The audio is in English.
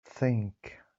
think